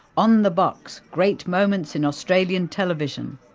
on the box great moments in australian television.